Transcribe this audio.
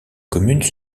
commune